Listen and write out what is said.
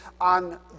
on